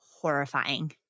horrifying